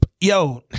Yo